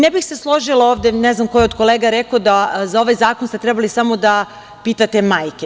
Ne bih se složila ovde, ne znam ko je od kolega rekao, da ste za ovaj zakon trebali samo da pitate majke.